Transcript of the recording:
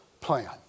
plan